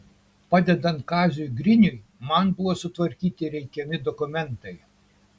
padedant kaziui griniui man buvo sutvarkyti reikiami dokumentai